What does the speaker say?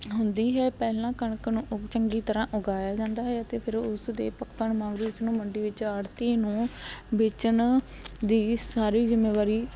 ਹੁੰਦੀ ਹੈ ਪਹਿਲਾਂ ਕਣਕ ਨੂੰ ਉਗ ਚੰਗੀ ਤਰ੍ਹਾਂ ਉਗਾਇਆ ਜਾਂਦਾ ਹੈ ਅਤੇ ਫਿਰ ਉਸ ਦੇ ਪੱਕਣ ਵਾਂਗੂ ਉਸਨੂੰ ਮੰਡੀ ਵਿੱਚ ਆੜ੍ਹਤੀਆਂ ਨੂੰ ਵੇਚਣ ਦੀ ਸਾਰੀ ਜ਼ਿੰਮੇਵਾਰੀ